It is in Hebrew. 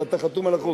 ואתה חתום על החוק.